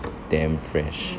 them fresh